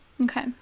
okay